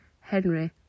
Henry